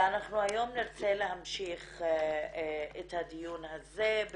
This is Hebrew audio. היום נרצה להמשיך את הדיון הזה,